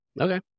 Okay